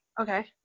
Okay